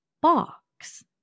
box